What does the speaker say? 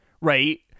right